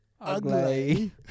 Ugly